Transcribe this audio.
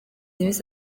iminsi